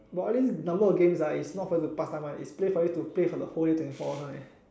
but all these number of games is not for you to pass time one is play for you to play for the whole day twenty four hours one